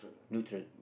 neutral